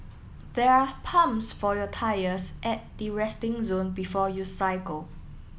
there are pumps for your tyres at the resting zone before you cycle